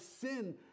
sin